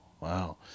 wow